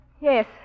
Yes